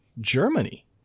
Germany